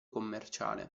commerciale